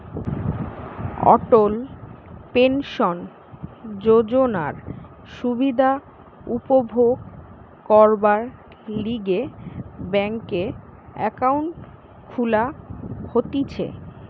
অটল pension যোজনার সুবিধা উপভোগ করবার লিগে ব্যাংকে একাউন্ট খুলা হতিছে